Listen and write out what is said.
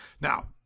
Now